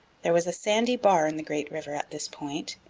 there was a sandy bar in the great river at this point,